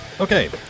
Okay